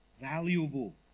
valuable